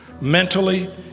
mentally